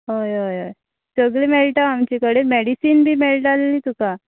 हय हय हय सगळें मेळटा आमचे कडेन मॅडिसीन बी मेळटा तुका